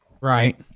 Right